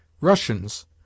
Russians